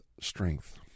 strength